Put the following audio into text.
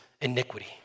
iniquity